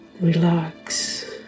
relax